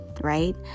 Right